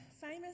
famous